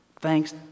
Thanks